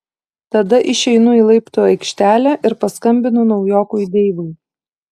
tada išeinu į laiptų aikštelę ir paskambinu naujokui deivui